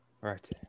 Right